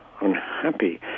unhappy